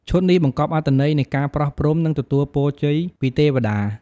ឈុតនេះបង្កប់អត្ថន័យនៃការប្រោះព្រំ និងទទូលពរជ័យពីទេវតា។